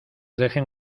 dejen